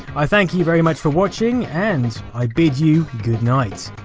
i thank you very much for watching, and i bid you good night.